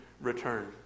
return